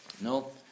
No